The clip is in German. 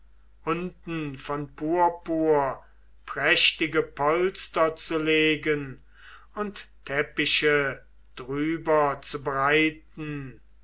unten von purpur prächtige polster zu legen und teppiche drüber zu breiten